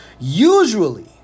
usually